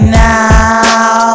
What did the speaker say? now